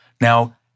Now